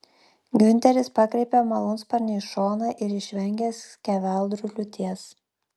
giunteris pakreipė malūnsparnį į šoną ir išvengė skeveldrų liūties